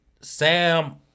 Sam